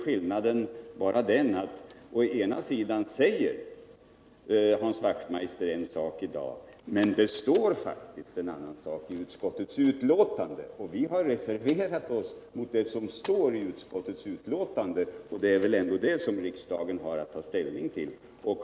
Hans Wachtmeister säger en sak i dag, men det står faktiskt en annan sak i utskottets betänkande, och vi har reserverat oss mot det som står i betänkandet. Det är väl ändå det som riksdagen har att ta ställning till.